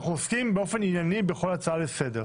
אנחנו עוסקים באופן ענייני בכל הצעה לסדר.